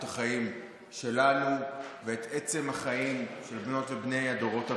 החיים שלנו ואת עצם החיים של בנות ובני הדורות הבאים.